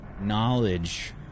knowledge